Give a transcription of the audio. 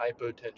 hypotension